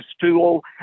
tool